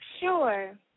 Sure